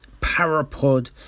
Parapod